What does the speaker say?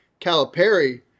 Calipari